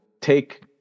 take